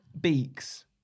beaks